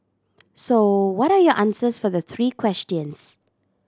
so what are your answers for the three questions